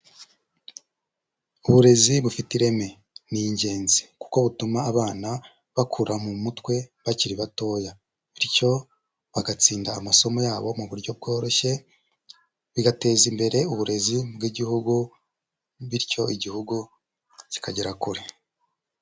Uburezi bufite ireme, ni ingenzi. Kuko butuma abana bakura mu mutwe bakiri batoya. Bityo bagatsinda amasomo yabo mu buryo bworoshye, bigateza imbere uburezi bw'igihugu, bityo igihugu kikagera kure.